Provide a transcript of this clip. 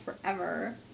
forever